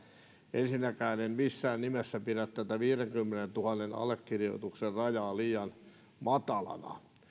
ensinnäkään en missään nimessä pidä tätä viidenkymmenentuhannen allekirjoituksen rajaa liian matalana